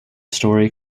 story